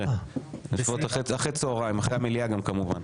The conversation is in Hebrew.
אחר הצהריים, אחרי המליאה גם כמובן.